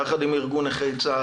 יחד עם ארגון נכי צה"ל,